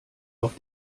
auf